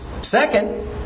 Second